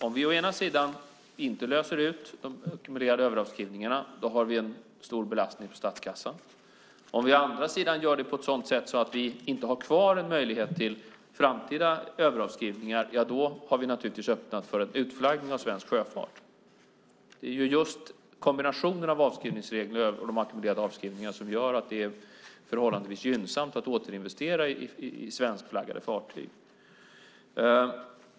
Om vi å ena sidan inte löser ut de ackumulerade överavskrivningarna har vi en stor belastning på statskassan. Om vi å andra sidan gör det på ett sådant sätt att vi inte har kvar möjligheten till framtida överavskrivningar har vi därmed öppnat för en utflaggning av svenska fartyg. Det är kombinationen av avskrivningsregler och de ackumulerade avskrivningarna som gör det förhållandevis gynnsamt att återinvestera i svenskflaggade fartyg.